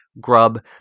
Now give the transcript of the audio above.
grub